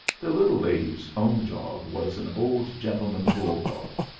the little lady's own dog was an old gentleman bull-dog.